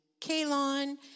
Kalon